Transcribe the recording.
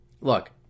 Look